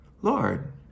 Lord